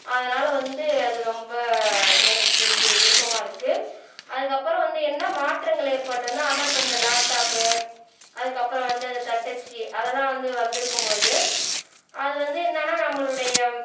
அதனால் வந்து அது ரொம்ப எனக்கு பிடிக்கு விருப்பமாக இருக்குது அதுக்கப்புறம் வந்து என்ன மாற்றங்கள் ஏற்படுதுனால் அதுதான் இப்போ இந்த லேப்டாப்பு அதுக்கப்புறம் வந்து அந்த தட்டச்சு அதெல்லாம் வந்து வந்திருக்கும் பொழுது அது வந்து என்னென்னா நம்மளுடைய